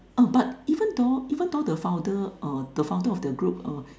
oh but even though even though the founder uh the founder of the group uh